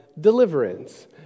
deliverance